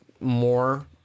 more